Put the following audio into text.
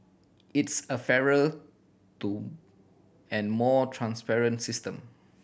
it's a fairer to and more transparent system